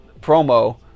promo